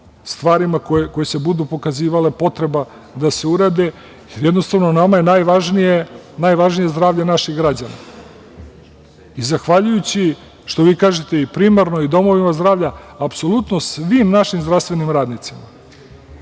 stvarima koje se budu pokazivale kao potreba da se urade. Jednostavno, nama je najvažnije zdravlje naših građana, zahvaljujući, što vi kažete, primarnoj i domovima zdravlja, apsolutno svim našim zdravstvenim radnicima